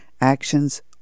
Action's